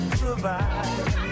survive